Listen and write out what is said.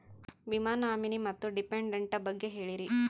ವಿಮಾ ನಾಮಿನಿ ಮತ್ತು ಡಿಪೆಂಡಂಟ ಬಗ್ಗೆ ಹೇಳರಿ?